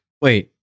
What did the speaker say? Wait